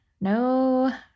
No